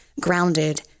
grounded